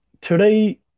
today